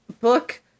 book